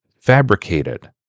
fabricated